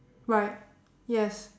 right yes